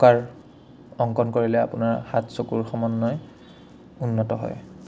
cooker অংকন কৰিলে আপোনাৰ হাত চকুৰ সমন্বয় উন্নত হয়